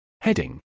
Heading